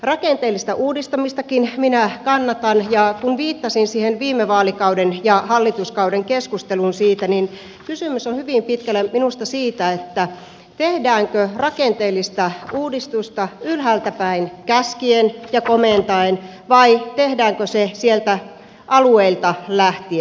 rakenteellista uudistamistakin minä kannatan ja kun viittasin siihen viime vaalikauden ja hallituskauden keskusteluun siitä niin kysymys on hyvin pitkälle minusta siitä tehdäänkö rakenteellista uudistusta ylhäältäpäin käskien ja komentaen vai tehdäänkö se sieltä alueilta lähtien